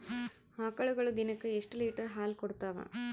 ಆಕಳುಗೊಳು ದಿನಕ್ಕ ಎಷ್ಟ ಲೀಟರ್ ಹಾಲ ಕುಡತಾವ?